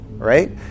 right